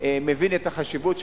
מבין את החשיבות.